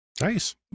Nice